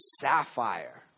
sapphire